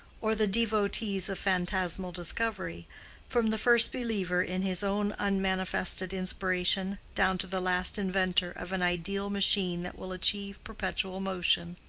or the devotees of phantasmal discovery from the first believer in his own unmanifested inspiration, down to the last inventor of an ideal machine that will achieve perpetual motion.